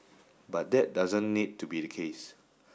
but that doesn't need to be the case